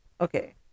okay